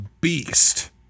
beast